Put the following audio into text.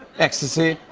ecstasy?